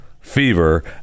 fever